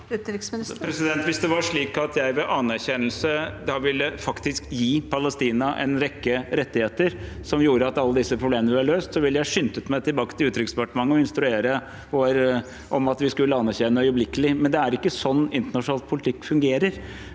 Hvis det var slik at jeg ved anerkjennelse da faktisk ville gi Palestina en rekke rettigheter som gjorde at alle disse problemene var løst, så ville jeg skyndet meg tilbake til Utenriksdepartementet og instruert om at vi skulle anerkjenne øyeblikkelig. Men det er ikke sånn internasjonal politikk fungerer.